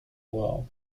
well